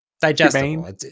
digestible